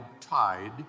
tide